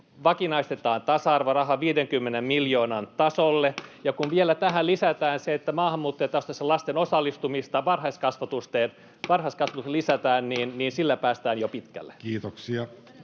vakinaistetaan tasa-arvoraha 50 miljoonan tasolle, ja kun vielä tähän lisätään se, että maahanmuuttajataustaisten lasten osallistumista varhaiskasvatukseen lisätään, niin sillä päästään jo pitkälle.